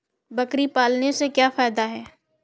बकरी पालने से क्या फायदा है?